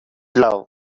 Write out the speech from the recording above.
love